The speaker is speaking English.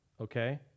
Okay